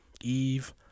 Eve